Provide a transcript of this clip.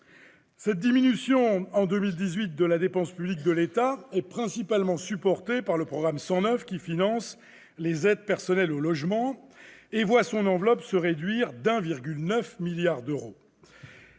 Cette baisse en 2018 de la dépense publique de l'État est principalement supportée par le programme 109, qui finance les aides personnelles au logement, les APL, et voit son enveloppe se réduire de 1,9 milliard d'euros.